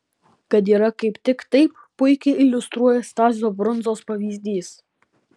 kad yra kaip tik taip puikiai iliustruoja stasio brundzos pavyzdys